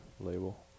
label